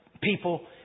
people